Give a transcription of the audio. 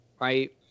right